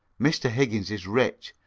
mr. higgins is rich,